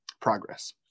progress